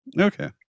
Okay